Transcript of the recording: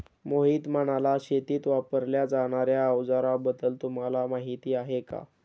मोहित म्हणाला, शेतीत वापरल्या जाणार्या अवजारांबद्दल तुम्हाला माहिती आहे का?